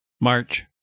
March